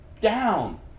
down